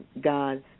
God's